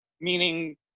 meaning